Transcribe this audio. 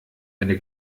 eine